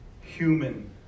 human